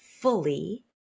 fully